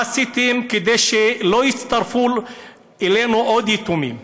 מה עשיתם כדי שלא יצטרפו אלינו עוד יתומים?